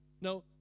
Now